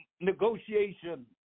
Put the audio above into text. negotiation